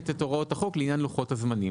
את הוראות החוק לעניין לוחות הזמנים.